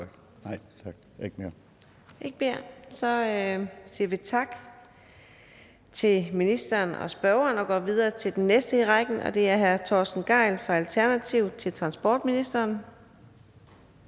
Nej tak, jeg har ikke mere.) Så siger vi tak til ministeren og spørgeren og går videre til den næste i rækken, og det er hr. Torsten Gejl fra Alternativet med spørgsmål til transportministeren.